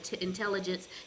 intelligence